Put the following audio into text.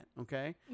okay